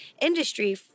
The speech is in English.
industry